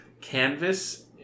canvas